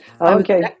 okay